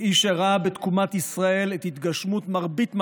ואיש שראה בתקומת ישראל את התגשמות מרבית מאווייו.